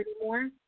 anymore